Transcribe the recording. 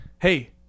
Hey